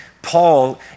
Paul